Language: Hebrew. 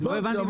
אני לא הבנתי.